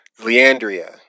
Leandria